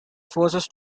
forces